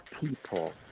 people